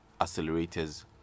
accelerators